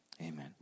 Amen